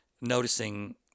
noticing